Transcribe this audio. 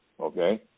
Okay